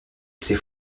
ces